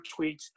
tweets